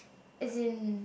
as in